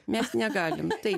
mes negalime taip